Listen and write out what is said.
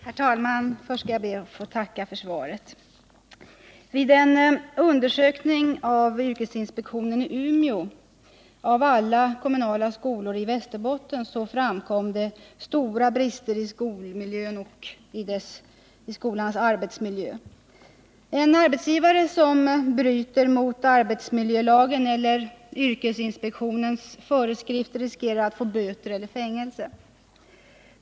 Herr talman! Först skall jag be att få tacka för svaret. Vid en undersökning av alla kommunala skolor i Västerbotten som yrkesinspektionen i Umeå gjorde framkom stora brister i skolans arbetsmiljö. En arbetsgivare som bryter mot arbetsmiljölagen eller yrkesinspektionens föreskrifter riskerar att få böter eller fängelse.